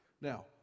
Now